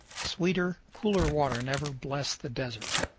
sweeter, cooler water never blessed the desert.